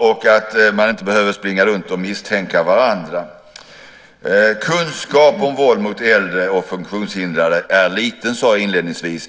och att man inte behöver springa runt och misstänka varandra. Kunskapen om våld mot äldre och funktionshindrade är liten, sade jag inledningsvis.